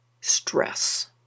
stress